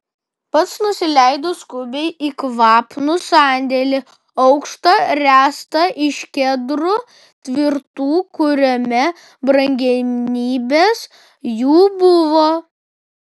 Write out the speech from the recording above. pats nusileido skubiai į kvapnų sandėlį aukštą ręstą iš kedrų tvirtų kuriame brangenybės jų buvo